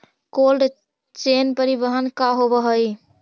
Cold chain परिवहन का होव हइ?